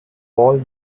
paul